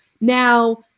Now